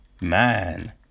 man